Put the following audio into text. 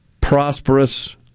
prosperous